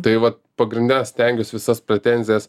tai vat pagrinde stengiuos visas pretenzijas